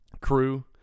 crew